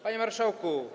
Panie Marszałku!